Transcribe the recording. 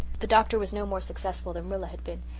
the doctor was no more successful than rilla had been,